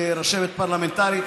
רשמת פרלמנטרית,